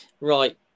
Right